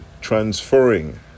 transferring